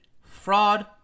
Fraud